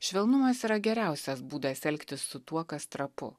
švelnumas yra geriausias būdas elgtis su tuo kas trapu